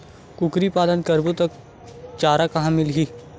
कुकरी पालन करबो त चारा कहां मिलही?